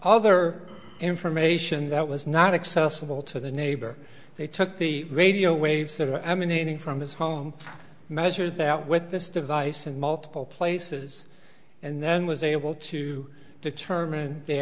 other information that was not accessible to the neighbor they took the radio waves or emanating from his home measured out with this device in multiple places and then was able to determine the